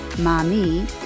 mommy